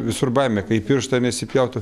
visur baimė kad į pirštą nesipjautų